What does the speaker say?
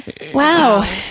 Wow